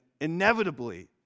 inevitably